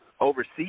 Overseas